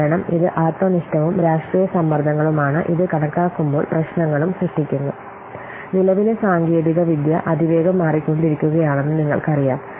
കാരണം ഇത് ആത്മനിഷ്ഠവും രാഷ്ട്രീയ സമ്മർദ്ദങ്ങളുമാണ് ഇത് കണക്കാക്കുമ്പോൾ പ്രശ്നങ്ങളും സൃഷ്ടിക്കുന്നു നിലവിലെ സാങ്കേതികവിദ്യ അതിവേഗം മാറിക്കൊണ്ടിരിക്കുകയാണെന്ന് നിങ്ങൾക്കറിയാം